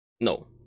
No